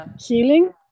healing